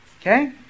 Okay